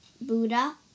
Buddha